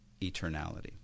eternality